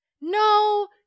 No